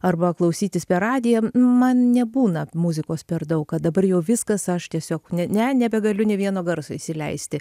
arba klausytis per radiją man nebūna muzikos per daug kad dabar jau viskas aš tiesiog ne ne nebegaliu nė vieno garso įsileisti